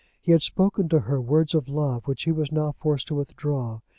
he had spoken to her words of love which he was now forced to withdraw,